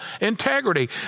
integrity